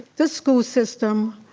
this school system,